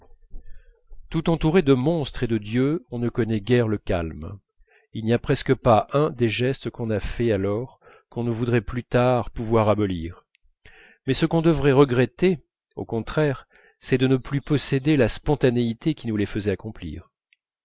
tout entouré de monstres et de dieux on ne connaît guère le calme il n'y a presque pas un des gestes qu'on a faits alors qu'on ne voudrait plus tard pouvoir abolir mais ce qu'on devrait regretter au contraire c'est de ne plus posséder la spontanéité qui nous les faisait accomplir